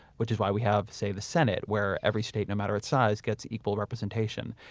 which is why we have, say, the senate where every state, no matter its size, gets equal representation.